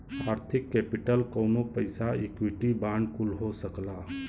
आर्थिक केपिटल कउनो पइसा इक्विटी बांड कुल हो सकला